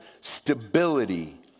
stability